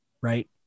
Right